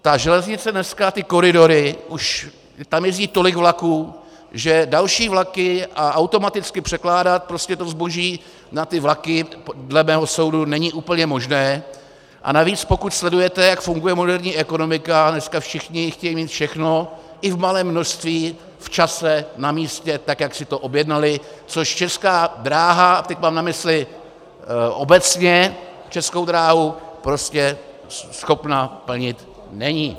Ta železnice dneska a ty koridory, už tam jezdí tolik vlaků, že další vlaky a automaticky překládat to zboží na vlaky dle mého soudu není úplně možné, a navíc pokud sledujete, jak funguje moderní ekonomika, dneska všichni chtějí mít všechno i v malém množství v čase na místě tak, jak si to objednali, což česká dráha, a teď mám na mysli obecně českou dráhu, prostě schopna plnit není.